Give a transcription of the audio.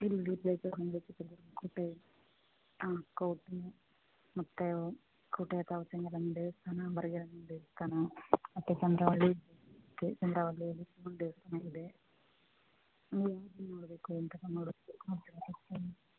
ಇಲ್ಲಿ ರೀ ಪ್ಲೇಸಸ್ ನಮ್ಮದು ಚಿತ್ರದುರ್ಗ ಕೋಟೆ ಹಾಂ ಕೋಟೆನು ಮತ್ತು ಕೋಟೆ ಅದಾವು ದೇವಸ್ಥಾಮ ಬರ್ಗೇರಮ್ಮನ ದೇವಸ್ಥಾಮ ಮತ್ತು ಚಂದ್ರವಳ್ಳಿ ಚಂದ್ರವಳ್ಳಿಯಲ್ಲಿ ಶಿವನ ದೇವಸ್ಥಾನ ಇದೆ ಹ್ಞೂ ನೋಡಬೇಕು ಅಂತ